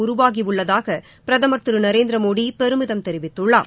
உருவாகியுள்ளதாக பிரதமர் திரு நரேந்திரமோடி பெருமிதம் தெரிவித்துள்ளார்